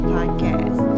Podcast